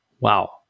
Wow